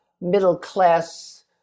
middle-class